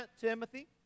Timothy